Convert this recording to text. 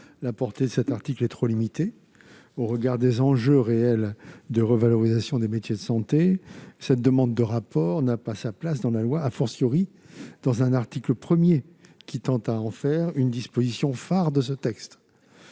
la portée de cet article est trop limitée au regard des enjeux réels de revalorisation des métiers de santé. Cette demande de rapport n'a pas sa place dans la loi, dans un article 1qui tend à en faire une disposition phare de ce texte.